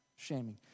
shaming